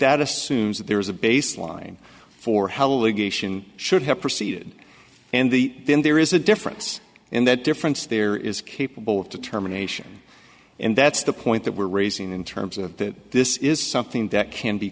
that assumes that there is a baseline for how legation should have proceeded and the then there is a difference and that difference there is capable of determination and that's the point that we're raising in terms of that this is something that can be